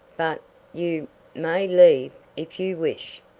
but you may leave if you wish.